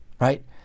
Right